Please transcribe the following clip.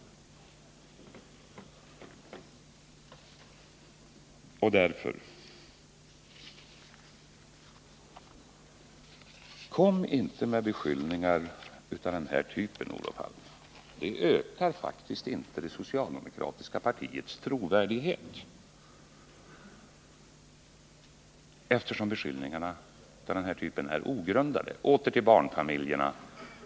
Kom därför inte med beskyllningar av den typ som Olof Palme har framfört. Det ökar faktiskt inte det socialdemokratiska partiets trovärdighet, eftersom beskyllningarna är ogrundade. Så åter till barnfamiljerna.